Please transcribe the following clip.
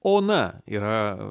ona yra